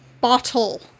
bottle